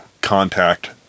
contact